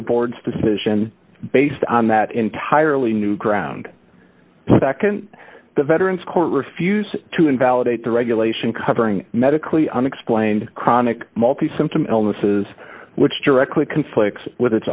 the board's decision based on that entirely new ground that can the veterans court refuse to invalidate the regulation covering medically unexplained chronic multi symptom illnesses which directly conflicts with it